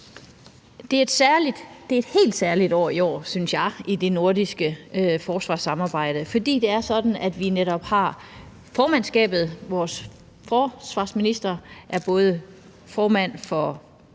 jeg, et helt særligt år i år i det nordiske forsvarssamarbejde, fordi det er sådan, at vi har to formandskaber: Vores forsvarsminister er både formand for